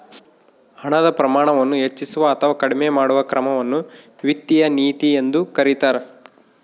ಹಣದ ಪ್ರಮಾಣವನ್ನು ಹೆಚ್ಚಿಸುವ ಅಥವಾ ಕಡಿಮೆ ಮಾಡುವ ಕ್ರಮವನ್ನು ವಿತ್ತೀಯ ನೀತಿ ಎಂದು ಕರೀತಾರ